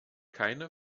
keine